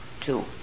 two